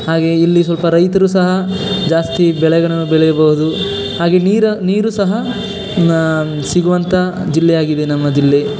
ಹಾಗೇ ಇಲ್ಲಿ ಸ್ವಲ್ಪ ರೈತರು ಸಹ ಜಾಸ್ತಿ ಬೆಳೆಗಳನ್ನು ಬೆಳೆಯಬೋದು ಹಾಗೇ ನೀರು ನೀರು ಸಹ ಸಿಗುವಂಥ ಜಿಲ್ಲೆಯಾಗಿದೆ ನಮ್ಮ ಜಿಲ್ಲೆ